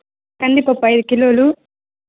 కందిపప్పు ఐదు కిలోలు